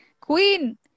queen